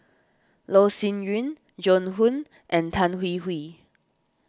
Loh Sin Yun Joan Hon and Tan Hwee Hwee